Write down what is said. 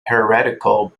heretical